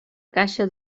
caixa